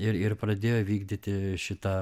ir ir pradėjo vykdyti šitą